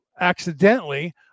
accidentally